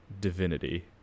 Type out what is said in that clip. Divinity